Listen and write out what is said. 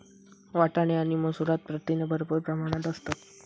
वाटाणे आणि मसूरात प्रथिने भरपूर प्रमाणात असतत